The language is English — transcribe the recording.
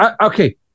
okay